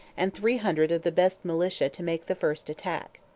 and three hundred of the best militia to make the first attack.